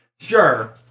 sure